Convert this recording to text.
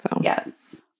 yes